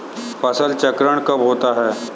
फसल चक्रण कब होता है?